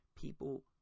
People